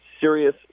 serious